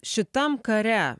šitam kare